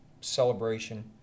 celebration